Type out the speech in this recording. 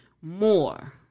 more